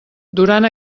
durant